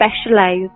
specialize